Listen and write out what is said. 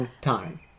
time